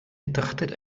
betrachtet